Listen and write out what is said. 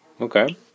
Okay